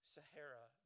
Sahara